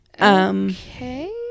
Okay